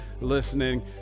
listening